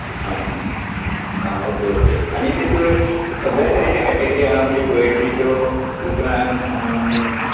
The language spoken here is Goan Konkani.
हां हां ओके ओके आनी तातूंत सगळ्या तरेचे कॅटेगरी आहा म्हणचे पॉयट्रीच्यो उपरांत